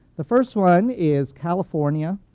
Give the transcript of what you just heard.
the first one is california,